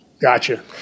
Gotcha